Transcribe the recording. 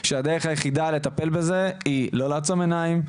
שהדרך היחידה לטפל בזה היא לא לעצום עיניים,